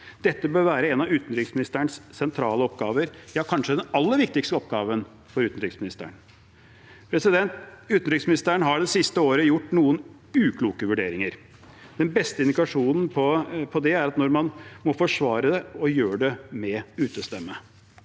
Dette bør være en av utenriksministerens sentrale oppgaver – ja, kanskje den aller viktigste oppgaven for utenriksministeren. Utenriksministeren har det siste året gjort noen ukloke vurderinger. Den beste indikasjonen på det er at når man må forsvare det, gjør man det med utestemme.